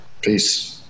Peace